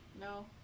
no